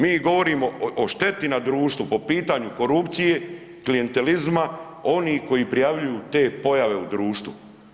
Mi govorimo o šteti na društvu po pitanju korupcije, klijentelizma onih koji prijavljuju te pojave u društvu.